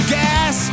gas